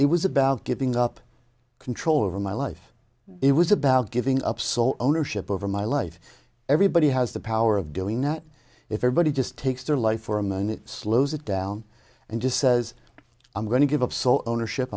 it was about giving up control over my life it was about giving up sole ownership over my life everybody has the power of doing that if everybody just takes their life for him and it slows it down and just says i'm going to give up so ownership